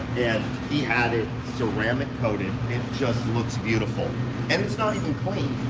and he had it ceramic coated. it just looks beautiful and it's not even clean.